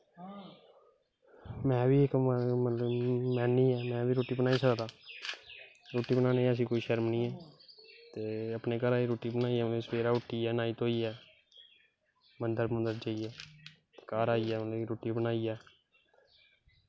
में बी इक मतलब कि रुट्टी बनाई सकदा रुट्टी बनाने च कोई शर्म नेयीं ऐ ते अपने घरादी रुट्टी बनाइयै सवेरे उट्ठियै घर आइयै रुट्टी बनाइयै